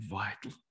vital